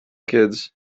kids